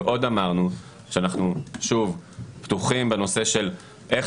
ועוד אמרנו שאנחנו פתוחים בנושא של איך